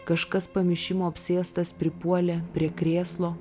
kažkas pamišimo apsėstas pripuolė prie krėslo